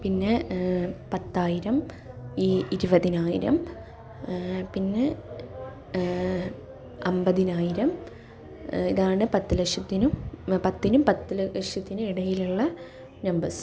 പിന്നെ പത്തായിരം ഇ ഇരുപതിനായിരം പിന്നെ അൻപതിനായിരം ഇതാണ് പത്തുലക്ഷത്തിനും പത്തിനും പത്തുലക്ഷത്തിനും ഇടയിലുള്ള നമ്പേഴ്സ്